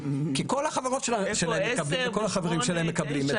כי כל החברות שלהם מקבלים,